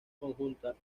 conjunta